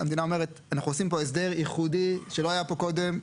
המדינה אומרת אנחנו עושים פה הסדר ייחודי שלא היה פה קודם.